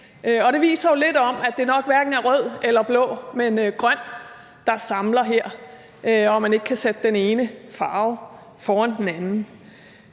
Det viser jo lidt om, at det nok hverken er rød eller blå, men grøn, der samler her, og at man ikke kan sætte den ene farve foran den anden.